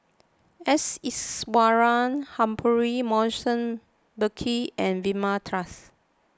S Iswaran Humphrey Morrison Burkill and Vilma Laus